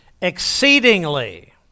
exceedingly